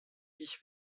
ich